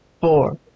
four